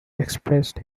expressed